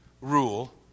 rule